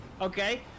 okay